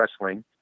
Wrestling